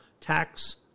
tax